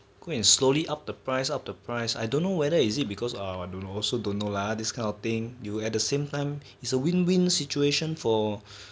quite slowly up the price up the price I don't know whether is it because I also don't know uh this kind of thing you at the same time is a win win situation for